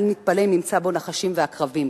אל נתפלא אם נמצא בו נחשים ועקרבים.